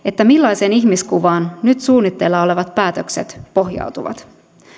millaiseen ihmiskuvaan nyt suunnitteilla olevat päätökset pohjautuvat